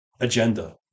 agenda